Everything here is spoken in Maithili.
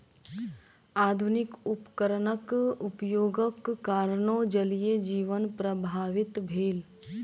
आधुनिक उपकरणक उपयोगक कारणेँ जलीय जीवन प्रभावित भेल